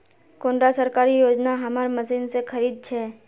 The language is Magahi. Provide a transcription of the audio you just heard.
कुंडा सरकारी योजना हमार मशीन से खरीद छै?